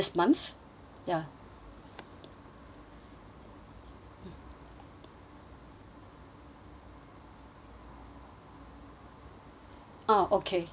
ya ah okay